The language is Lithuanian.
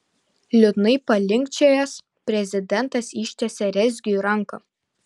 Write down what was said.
liūdnai palinkčiojęs prezidentas ištiesė rezgiui ranką